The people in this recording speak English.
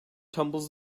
tumbles